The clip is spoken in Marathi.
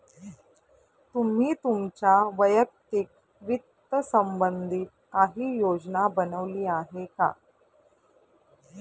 तुम्ही तुमच्या वैयक्तिक वित्त संबंधी काही योजना बनवली आहे का?